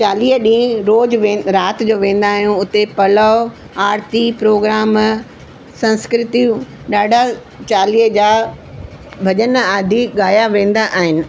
चालीह ॾींहं रोज़ु राति जो वेंदा आहियूं उते पलव आरती प्रोग्राम संस्कृति ॾाढा चालीहे जा भॼन आदि गाया वेंदा आहिनि